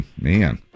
man